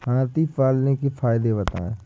हाथी पालने के फायदे बताए?